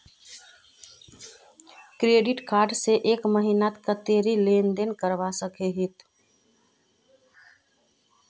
Credit card से एक महीनात कतेरी लेन देन करवा सकोहो ही?